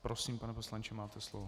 Prosím, pane poslanče, máte slovo.